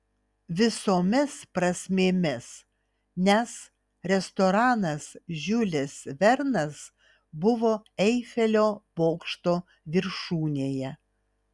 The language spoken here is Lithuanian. visomis prasmėmis nes restoranas žiulis vernas buvo eifelio bokšto viršūnėje